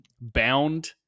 bound